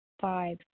five